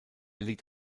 liegt